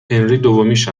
دومیش